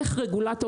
איך רגולטור,